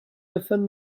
often